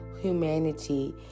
humanity